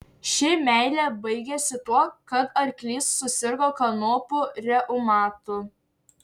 ši meilė baigėsi tuo kad arklys susirgo kanopų reumatu